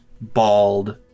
bald